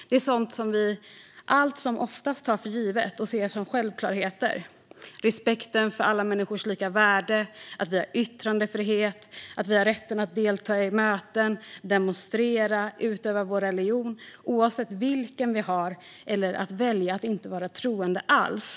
Det är sådant som vi allt som oftast tar för givet och ser som självklarheter, till exempel respekten för alla människors lika värde, att vi har yttrandefrihet, att vi har rätten att delta i möten och att demonstrera samt att vi har rätten att utöva vår religion, oavsett vilken det är, eller att välja att inte vara troende alls.